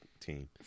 team